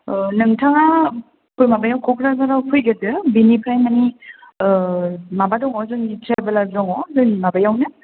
अ नोंथाङा माबायाव क'क्राझाराव फैग्रोदो बिनिफ्राय माने माबा दङ जोंनि ट्रेभेलार दङ जोंनि माबायावनो